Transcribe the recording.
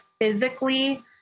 physically